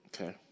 Okay